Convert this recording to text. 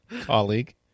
colleague